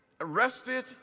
arrested